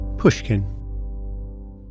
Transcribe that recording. Pushkin